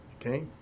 okay